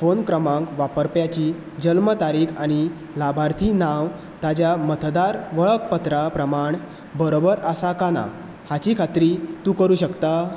phone क्रमांक वापरप्याची जल्म तारीख आनी लावार्थी नांव ताच्या मतदार वळखपत्रा प्रमाण बरोबर आसा काय ना हाची खात्री तूं करूंक शकता